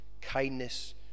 kindness